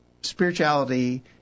spirituality